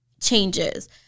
changes